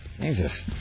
Jesus